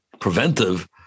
preventive